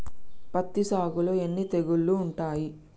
పత్తి సాగులో ఎన్ని తెగుళ్లు ఉంటాయి?